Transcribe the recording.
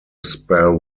spell